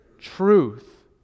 truth